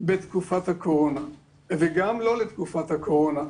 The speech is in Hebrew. בתקופת הקורונה וגם לא בתקופת הקורונה.